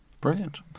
Brilliant